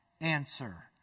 answer